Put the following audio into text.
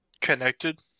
connected